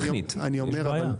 טכנית יש בעיה.